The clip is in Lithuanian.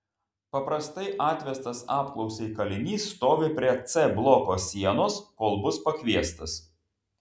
paprastai atvestas apklausai kalinys stovi prie c bloko sienos kol bus pakviestas